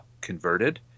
converted